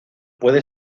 puede